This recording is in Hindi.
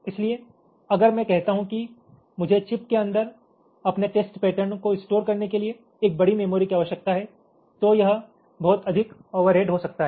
इसलिए अगर मैं कहता हूं कि मुझे चिप के अंदर अपने टेस्ट पैटर्न को स्टोर करने के लिए एक बड़ी मेमोरी की आवश्यकता है तो यह बहुत अधिक ओवरहेड हो सकता है